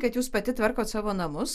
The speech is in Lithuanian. kad jūs pati tvarkot savo namus